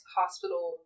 hospital